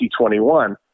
2021